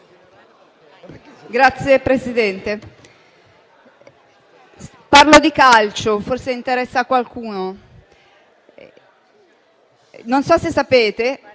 Signor Presidente, parlo di calcio e forse interessa a qualcuno. Non so se sapete